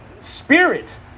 spirit